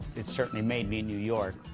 it certainly made me new york